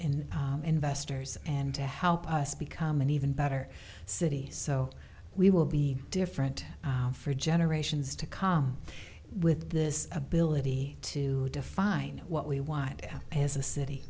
in investors and to help us become an even better city so we will be different for generations to come with this ability to define what we want as a city